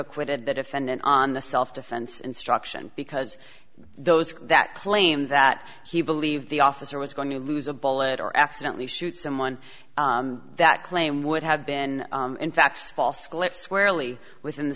acquitted the defendant on the self defense instruction because those that claim that he believed the officer was going to lose a bullet or accidentally shoot someone that claim would have been in facts false clips wearily within the